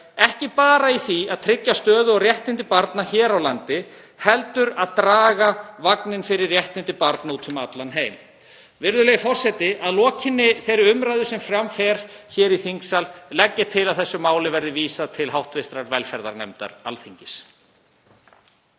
ekki bara í því að tryggja stöðu og réttindi barna hér á landi heldur að draga vagninn fyrir réttindi barna úti um allan heim. Virðulegi forseti. Að lokinni þeirri umræðu sem fram fer hér í þingsal legg ég til að þessu máli verði vísað til hv. velferðarnefndar Alþingis.